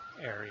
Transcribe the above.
area